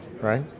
right